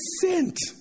sent